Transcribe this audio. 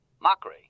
Mockery